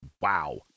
Wow